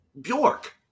Bjork